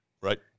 Right